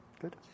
Good